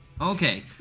okay